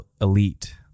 elite